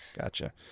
Gotcha